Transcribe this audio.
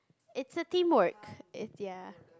it's a teamwork it's ya